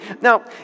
Now